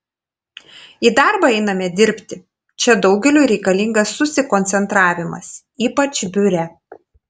į darbą einame dirbti čia daugeliui reikalingas susikoncentravimas ypač biure